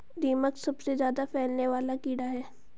दीमक सबसे ज्यादा फैलने वाला कीड़ा है